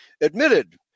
admitted